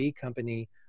company